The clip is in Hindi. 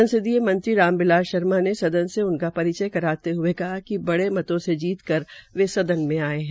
संसदीय मंत्री राम बिलास शर्मा ने सदन से उनका परिचय कराते हये कहा कि बड़े मतों जीत कर वे सदन में आये है